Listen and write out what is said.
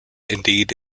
indeed